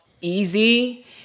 easy